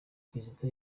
kizito